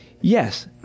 yes